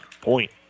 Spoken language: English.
Point